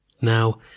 Now